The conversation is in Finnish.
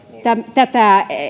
tätä